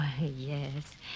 yes